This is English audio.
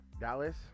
Dallas